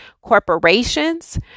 corporations